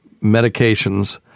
medications